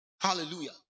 Hallelujah